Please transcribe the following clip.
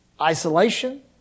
isolation